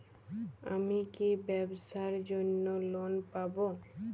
আমি কি ব্যবসার জন্য লোন পাব?